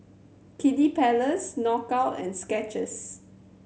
Kiddy Palace Knockout and Skechers